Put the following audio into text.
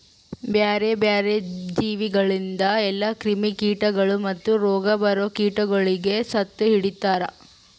ಬ್ಯಾರೆ ಬ್ಯಾರೆ ಜೀವಿಗೊಳಿಂದ್ ಎಲ್ಲಾ ಕ್ರಿಮಿ ಕೀಟಗೊಳ್ ಮತ್ತ್ ರೋಗ ಬರೋ ಕೀಟಗೊಳಿಗ್ ಸತ್ತು ಹೊಡಿತಾರ್